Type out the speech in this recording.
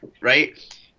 right